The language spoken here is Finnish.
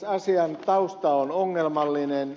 asian tausta on ongelmallinen